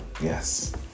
yes